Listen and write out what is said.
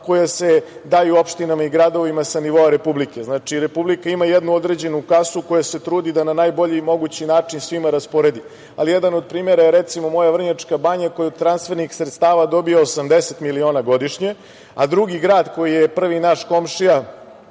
koja se daju opštinama i gradovima sa nivoa Republike. Znači, Republika ima jednu određenu kasu koju se trudi da na najbolji mogući način svima rasporedi. Jedna od primera je, recimo, moja Vrnjačka banja koja od transfernih sredstava dobija 80 miliona godišnje, a drugi grad koji je naš prvi komšija,